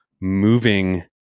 moving